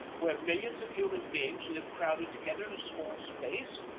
where millions of human beings live crowded together in a small space?